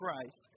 Christ